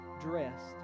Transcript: dressed